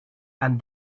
and